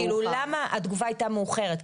למה התגובה הייתה מאוחרת?